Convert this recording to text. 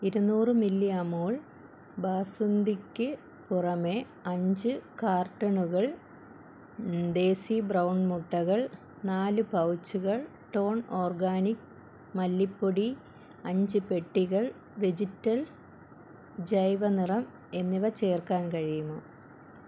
ഇരുനൂറ് മില്ലി അമൂൽ ബാസുന്ദിക്ക് പുറമേ അഞ്ച് കാർട്ടണുകൾ ദേസി ബ്രൗൺ മുട്ടകൾ നാല് പൗച്ചുകൾ ടോൺ ഓർഗാനിക് മല്ലിപ്പൊടി അഞ്ച് പെട്ടികൾ വെജിറ്റൽ ജൈവ നിറം എന്നിവ ചേർക്കാൻ കഴിയുമോ